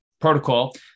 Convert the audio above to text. protocol